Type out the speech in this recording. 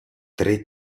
tre